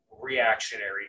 reactionary